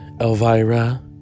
Elvira